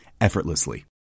effortlessly